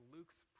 Luke's